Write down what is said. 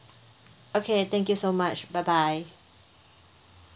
okay thank you so much bye bye